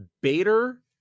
Bader